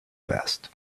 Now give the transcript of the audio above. vest